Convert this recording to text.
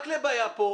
מקלב היה כאן.